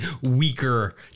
weaker